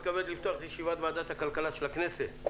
אני מתכבד לפתוח את ישיבת ועדת הכלכלה של הכנסת.